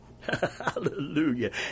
Hallelujah